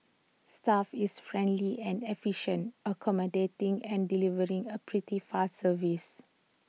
staff is friendly and efficient accommodating and delivering A pretty fast service